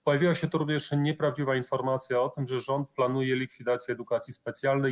Pojawiła się tu również nieprawdziwa informacja o tym, że rząd planuje likwidację edukacji specjalnej.